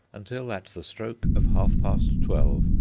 until, at the stroke of half-past twelve,